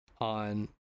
on